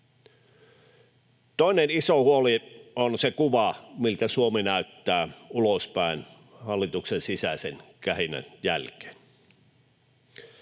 Toinen iso huoli on se kuva, miltä Suomi näyttää ulospäin hallituksen sisäisen kähinän jälkeen.